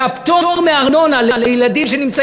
הפטור מארנונה להוסטלים של ילדים,